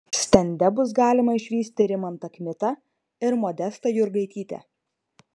stende bus galima išvysti rimantą kmitą ir modestą jurgaitytę